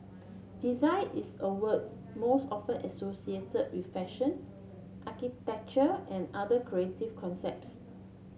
design is a word most often associated with fashion architecture and other creative concepts